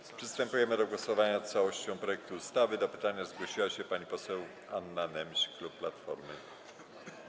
Przed przystąpieniem do głosowania nad całością projektu ustawy do pytania zgłosiła się pani poseł Anna Nemś, klub Platformy.